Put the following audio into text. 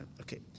Okay